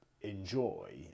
enjoy